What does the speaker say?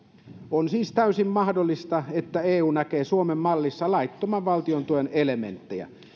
on siis täysin mahdollista että eu näkee suomen mallissa laittoman valtion tuen elementtejä